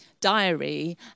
diary